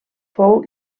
fou